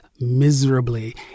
miserably